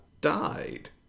died